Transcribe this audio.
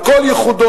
על כל ייחודו,